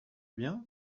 bien